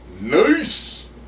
Nice